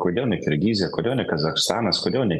kodėl ne kirgizija kodėl ne kazachstanas kodėl ne